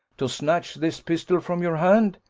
to snatch this pistol from your hand?